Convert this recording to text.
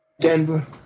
Denver